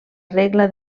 regla